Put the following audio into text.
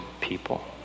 people